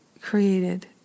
created